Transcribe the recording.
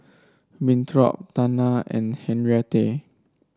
Winthrop Tana and Henriette